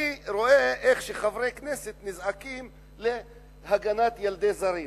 אני רואה איך חברי כנסת נזעקים להגנת ילדי זרים,